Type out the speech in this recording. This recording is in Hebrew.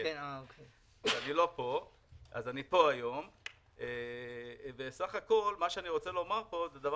אני פה היום ובסך הכול מה שאני רוצה לומר --- שנדע,